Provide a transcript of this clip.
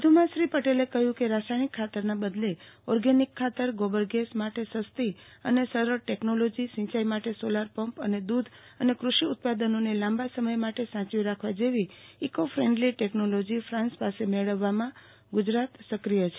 વધુમાં શ્રી પટેલે કહ્યુ કે રાસાયણિક ખાતરના બદલે ઓર્ગેનિક ખાતર ગોબર ગેસ માટે સસ્તી અને સરળ ટેકનોલોજી સિંચાઈ માટે સોલાર પંપ અને દુધ અને કૃષિ ઉત્પાદનોને લાંબા સમય માટે સાચવી રાખવા જેવી ઈકોફેન્ડલી ટેકનોલોજી ફાન્સ પાસે મેળવવા ગુજરાત સક્રિય છે